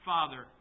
Father